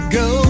go